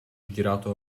girato